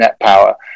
NetPower